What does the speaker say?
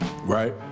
Right